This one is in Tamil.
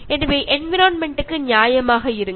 எனவே என்விரான்மென்ட் க்கு நியாயமாக இருங்கள்